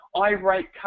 irate